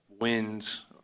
wins